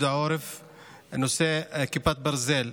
נושא כיפת ברזל.